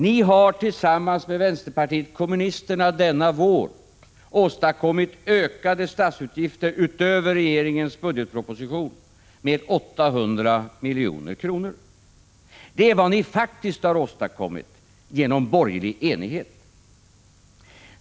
Ni har denna vår tillsammans med vänsterpartiet kommunisterna åstadkommit ökade statsutgifter utöver regeringens budgetproposition med 800 miljoner. Det är vad ni faktiskt har åstadkommit genom borgerlig enighet.